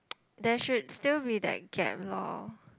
there should still be that gap lor